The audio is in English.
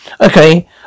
Okay